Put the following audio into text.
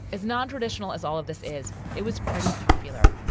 as nontraditional as all of this is it was pretty popular.